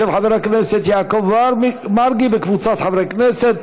של חבר הכנסת יעקב מרגי וקבוצת חברי הכנסת.